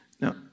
Now